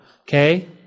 Okay